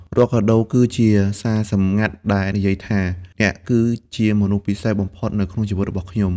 រាល់កាដូគឺជាសារសម្ងាត់ដែលនិយាយថា «អ្នកគឺជាមនុស្សពិសេសបំផុតនៅក្នុងជីវិតរបស់ខ្ញុំ»។